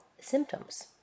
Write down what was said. symptoms